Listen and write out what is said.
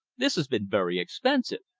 this has been very expensive.